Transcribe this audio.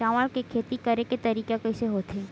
चावल के खेती करेके तरीका कइसे होथे?